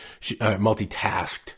multitasked